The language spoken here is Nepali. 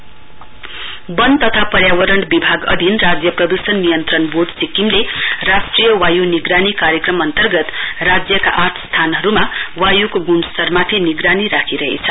पोल्यूसन वन तथा पर्यावरण विभाग अधीन राज्य प्रदूषण नियन्त्रण वोर्ड सिक्किमले राष्ट्रिय वायु निगरानी कार्यक्रम अन्तर्गत राज्यका आठ स्थानहरुमा वायुको गुणस्तरमाथि निगरानी राखिरहेछ